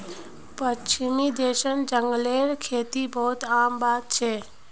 पश्चिमी देशत जंगलेर खेती बहुत आम बात छेक